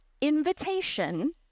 invitation